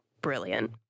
brilliant